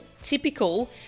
typical